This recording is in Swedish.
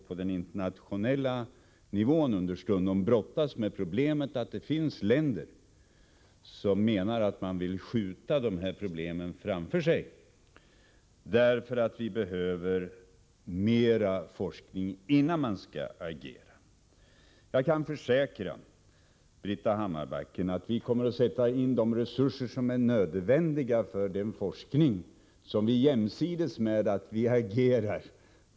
På den internationella nivån får vi understundom brottas med problemet att en del länder vill skjuta frågorna framför sig genom att säga att det behövs mera forskning innan de skall agera. Jag kan försäkra Britta Hammarbacken att vi kommer att sätta in de resurser som är nödvändiga för den forskning som vi måste bedriva jämsides med att vi agerar.